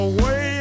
Away